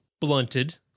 blunted